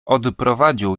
odprowadził